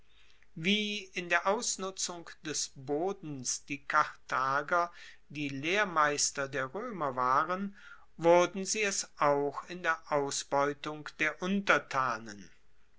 wie in der ausnutzung des bodens die karthager die lehrmeister der roemer waren wurden sie es auch in der ausbeutung der untertanen